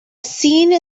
scene